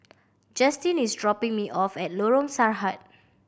Justyn is dropping me off at Lorong Sarhad